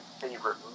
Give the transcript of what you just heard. favorite